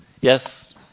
Yes